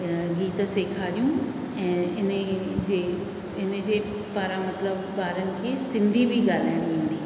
गीत सेखारियूं ऐं इने जे इन जे पारां मतलब ॿारनि खे सिंधी बि ॻाल्हाइण ईंदी